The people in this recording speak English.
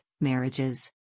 Marriages